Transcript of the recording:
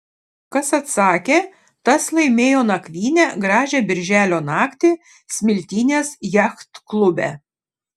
kas atsakė tas laimėjo nakvynę gražią birželio naktį smiltynės jachtklube